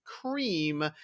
Cream